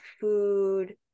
food